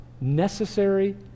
necessary